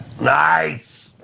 nice